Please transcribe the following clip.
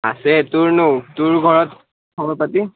আছে তোৰনো তোৰ ঘৰত খবৰ পাতি